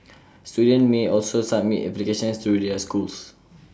students may also submit applications through their schools